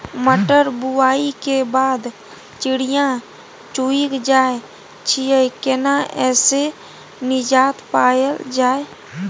मटर बुआई के बाद चिड़िया चुइग जाय छियै केना ऐसे निजात पायल जाय?